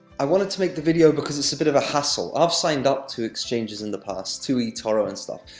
i wanted to make the video, because it's a bit of a hassle. i've signed up to exchanges in the past to etoro and stuff,